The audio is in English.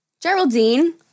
Geraldine